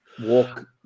walk